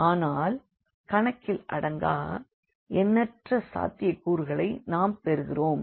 ஆனால் கணக்கிலடங்கா எண்ணற்ற சாத்தியக் கூறுகளை நாம் பெறுகிறோம்